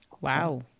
Wow